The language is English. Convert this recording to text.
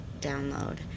download